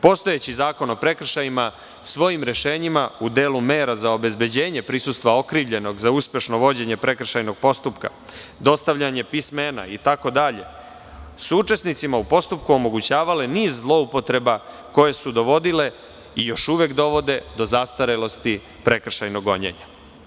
Postojeći Zakon o prekršajima svojim rešenjima u delu mera za obezbeđenje prisustva okrivljenog za uspešno vođenje prekršajnog postupka, dostavljanje pismena itd, su učesnicima u postupku omogućavale niz zloupotreba koje su dovodile, i još uvek dovode, do zastarelosti prekršajnog gonjenja.